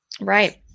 Right